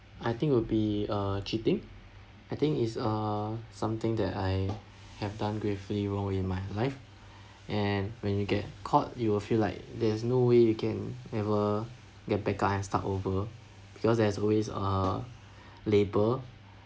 I think would be uh cheating I think it's a something that I have done gravely wrong in my life and when you get caught you will feel like there's no way you can ever get back up and start over because there's always a label